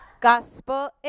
gospel